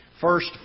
first